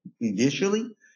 initially